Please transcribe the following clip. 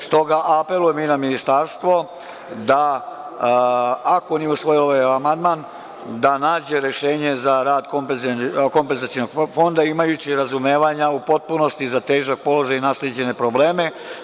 S toga apelujem i na ministarstvo da, ako nije usvojio ovaj amandman, nađe rešenje za rad Kompenzacionog fonda, imajući razumevanje u potpunosti za težak položaj i nasleđene probleme.